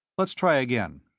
let us try again.